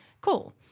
cool